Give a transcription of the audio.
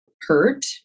hurt